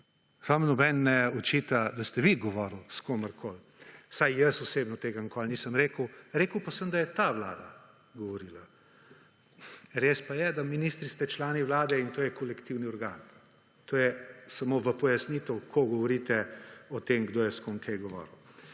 Vam nihče ne očita, da ste vi govorili s komerkoli, vsaj jaz osebno tega nikoli nisem rekel, rekel pa sem, da je ta Vlada govorila. Res pa je, da ministri ste člani Vlade in to je kolektivni organ. To je samo v pojasnitev, ko govorite o tem, kdo je s kom govoril.